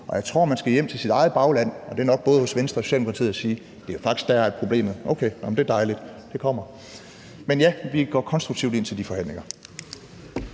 Jeg tror, at man skal hjem til sit eget bagland – og det er nok både hos Venstre og Socialdemokratiet – og sige: Det er faktisk der, problemet er. (Der nikkes fra salen). Nå, okay, det er dejligt, det kommer. Men ja, vi går konstruktivt ind til de forhandlinger.